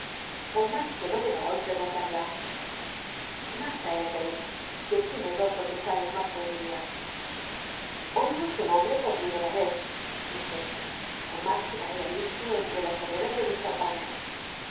por mas que no deba hoy frecuen tada llarta endcll que tiene dos ó tres aiíos mas que bmilia oigo su nombre por primera vez dije por mas que la haya visto entre las obreras de